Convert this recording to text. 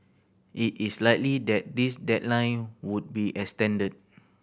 it is likely that this deadline would be extended